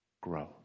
grow